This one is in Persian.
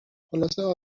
خلاصه